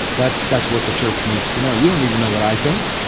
that's that's what the church needs to know. you don't need to know what i think.